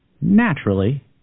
naturally